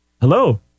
Hello